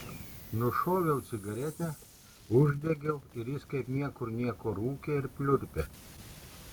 nušoviau cigaretę uždegiau ir jis kaip niekur nieko rūkė ir pliurpė